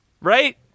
Right